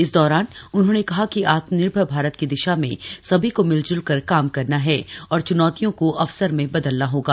इस दौरान उन्होंने कहा कि आत्मनिर्भर भारत की दिशा में सभी को मिलजुल कर काम करना है और चुनौतियों को अवसर में बदलना होगा